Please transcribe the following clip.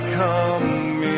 come